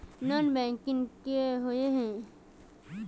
Non banking किए हिये है?